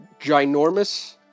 ginormous